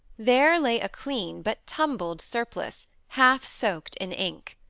there lay a clean, but tumbled surplice, half soaked in ink.